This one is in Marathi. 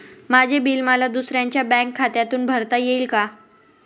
माझे बिल मला दुसऱ्यांच्या बँक खात्यातून भरता येईल का?